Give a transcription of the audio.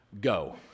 Go